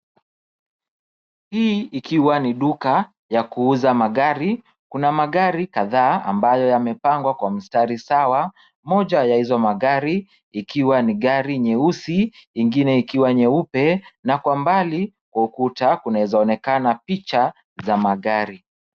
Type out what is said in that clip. Hii ikiwa ni duka ya kuuza magari, kuna magari kadhaa ambayo yamepangwa kwa mstari sawa. Moja ya hizo magari ikiwa ni gari nyeusi, ingine ikiwa nyeupe na kwa mbali kwa ukuta kunawezaonekana picha za magari.